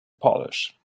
polish